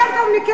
את תטפלי בהם?